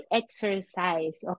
exercise